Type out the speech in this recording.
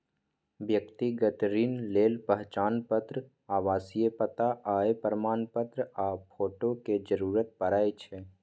व्यक्तिगत ऋण लेल पहचान पत्र, आवासीय पता, आय प्रमाणपत्र आ फोटो के जरूरत पड़ै छै